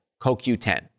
CoQ10